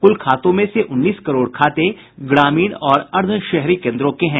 कुल खातों में से उन्नीस करोड़ खाते ग्रामीण और अर्द्व शहरी केन्द्रों के हैं